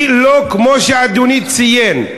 היא לא כמו שאדוני ציין.